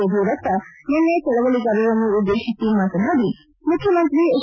ಯಡಿಯೂರಪ್ಪ ನಿನ್ನೆ ಚಳವಳಿಗಾರರನ್ನು ಉದ್ದೆಶಿಸಿ ಮಾತನಾಡಿ ಮುಖ್ಯಮಂತ್ರಿ ಎಚ್